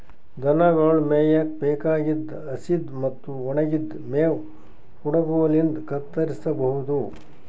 ದನಗೊಳ್ ಮೇಯಕ್ಕ್ ಬೇಕಾಗಿದ್ದ್ ಹಸಿದ್ ಮತ್ತ್ ಒಣಗಿದ್ದ್ ಮೇವ್ ಕುಡಗೊಲಿನ್ಡ್ ಕತ್ತರಸಬಹುದು